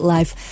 Life